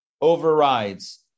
overrides